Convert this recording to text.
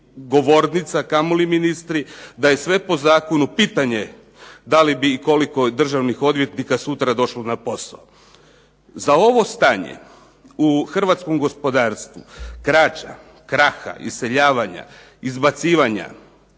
govornica, kamoli ministri, da je sve po zakonu pitanje da li bi i koliko državnih odvjetnika sutra došlo na posao. Za ovo stanje u hrvatskom gospodarstvu krađa, kraha, iseljavanja, izbacivanja